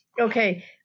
Okay